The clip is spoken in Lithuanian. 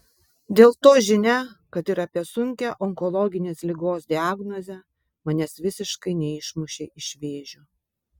dėl to žinia kad ir apie sunkią onkologinės ligos diagnozę manęs visiškai neišmušė iš vėžių